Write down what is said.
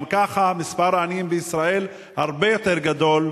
גם ככה מספר העניים בישראל הרבה יותר גדול,